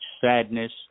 sadness